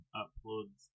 uploads